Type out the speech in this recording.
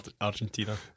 Argentina